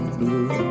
blue